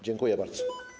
Dziękuję bardzo.